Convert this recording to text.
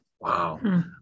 Wow